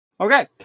Okay